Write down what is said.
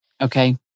Okay